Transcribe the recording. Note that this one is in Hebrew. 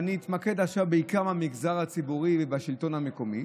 ואני אתמקד בעיקר במגזר הציבורי ובשלטון המקומי,